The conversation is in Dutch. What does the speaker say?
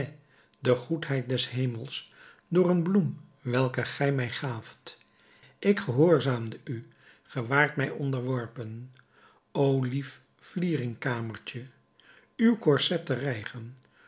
de goedheid des hemels door een bloem welke gij mij gaaft ik gehoorzaamde u ge waart mij onderworpen o lief vlieringkamertje uw corset te rijgen